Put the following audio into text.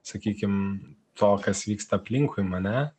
sakykim to kas vyksta aplinkui mane